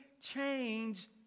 change